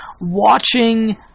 watching